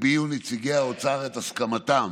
הביעו נציגי האוצר את הסכמתם